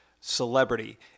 celebrity